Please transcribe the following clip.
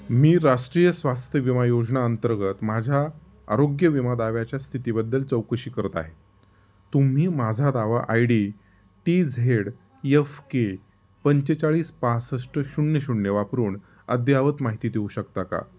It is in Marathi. मी राष्ट्रीय स्वास्थ्य विमा योजना अंतर्गत माझ्या आरोग्य विमा दाव्याच्या स्थितीबद्दल चौकशी करत आहे तुम्ही माझा दावा I D T Z F K पंचेचाळीस पासष्ट शून्य शून्य वापरून अद्ययावत माहिती देऊ शकता का